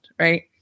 right